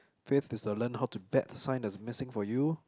fifth is to learn how to bet sign has missing for you